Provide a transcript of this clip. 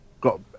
got